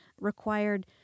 Required